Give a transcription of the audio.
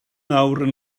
nawr